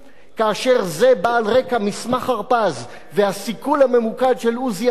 כאשר זה בא על רקע מסמך הרפז והסיכול הממוקד של עוזי ארד,